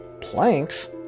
planks